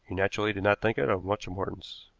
you naturally did not think it of much importance.